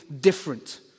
different